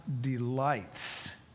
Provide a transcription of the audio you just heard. delights